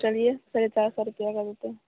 चलिए साढ़े चारि सए रुपिआ लागतौ